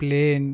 plane